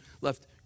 left